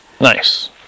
Nice